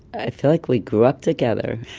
i feel like we grew up together.